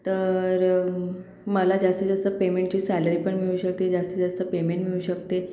तर मला जास्तीत जास्त पेमेंटची सॅलरी पण मिळू शकते जास्तीत जास्त पेमेंट मिळू शकते